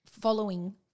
following